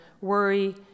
worry